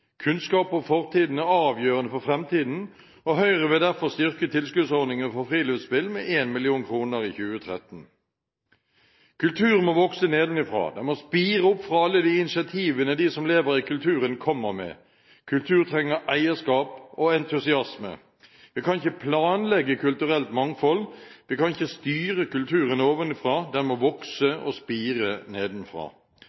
Kunnskap om fortiden er avgjørende for fremtiden, og Høyre vil derfor styrke tilskuddsordningen for friluftsspill med 1 mill. kr i 2013. Kultur må vokse nedenfra, den må spire opp fra alle de initiativene de som lever i kulturen, kommer med – kultur trenger eierskap og entusiasme. Vi kan ikke planlegge kulturelt mangfold. Vi kan ikke styre kulturen ovenfra – den må vokse